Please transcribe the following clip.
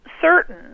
Certain